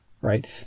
right